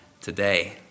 today